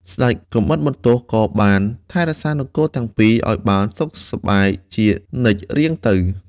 ស្ដេចកាំបិតបន្ទោះក៏បានថែរក្សានគរទាំងពីរឱ្យបានសុខសប្បាយជានិច្ចរៀងទៅ។